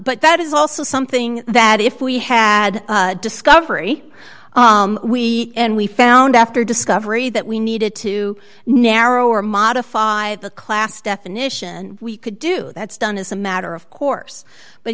but that is also something that if we had discovery we and we found after discovery that we needed to narrow or modify the class definition we could do that's done as a matter of course but